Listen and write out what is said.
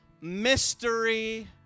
mystery